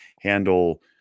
handle